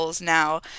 now